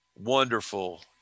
wonderful